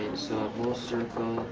so whole circle,